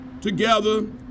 together